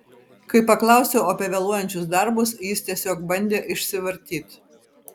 kai paklausiau apie vėluojančius darbus jis tiesiog bandė išsivartyt